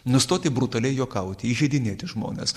nustoti brutaliai juokauti įžeidinėti žmones